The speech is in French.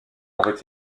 auraient